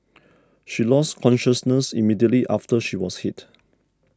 she lost consciousness immediately after she was hit